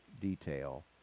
detail